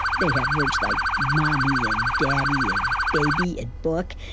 but they have words like mommy and daddy and baby and book,